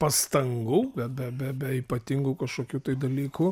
pastangų be be be be ypatingų kažkokių tai dalykų